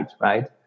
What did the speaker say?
right